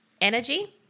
energy